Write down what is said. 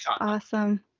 Awesome